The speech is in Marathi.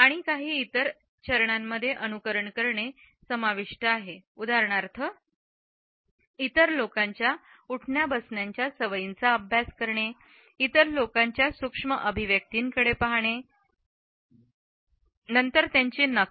काही इतर चरणांमध्ये अनुकरण करणे समाविष्ट आहे उदाहरणार्थ इतर लोकांच्या उठण्या बसण्याच्या सवयींचा अभ्यास करणे इतर लोकांच्या सूक्ष्म अभिव्यक्तींकडे पहाणे आणि नंतर त्यांची नक्कल करणे